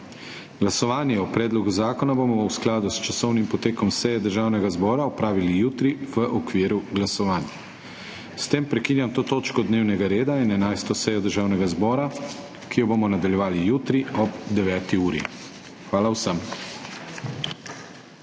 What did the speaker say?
Glasovanje o predlogu zakona bomo v skladu s časovnim potekom seje Državnega zbora opravili jutri v okviru glasovanj. S tem prekinjam to točko dnevnega reda in 11. sejo Državnega zbora, ki jo bomo nadaljevali jutri ob 9. uri. Hvala vsem!